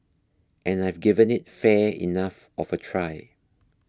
and I've given it fair enough of a try